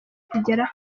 kugera